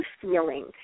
feeling